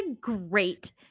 great